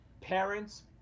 parents